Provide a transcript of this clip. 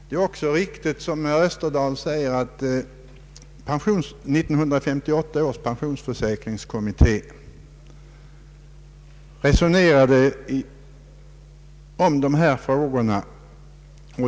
Det är också riktigt som herr Österdahl säger att 1958 års pensionsförsäkringskommitté resonerade om dessa frågor.